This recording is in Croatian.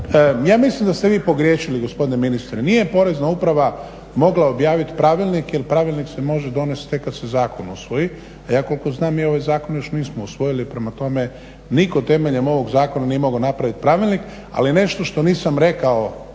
ja mislim da ste vi pogriješili gospodine ministre, nije porezna uprava mogla objaviti pravilnike jer pravilnik se može donest tek kad se zakon usvoji, a ja koliko znam mi ovaj zakon još nismo usvojili. Prema tome nitko temeljem ovog zakona nije mogao napraviti pravilnik ali nešto što nisam rekao